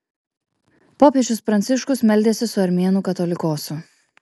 popiežius pranciškus meldėsi su armėnų katolikosu